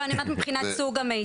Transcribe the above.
לא, אני אומרת רק מבחינת סוג המידע.